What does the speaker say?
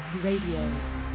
Radio